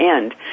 end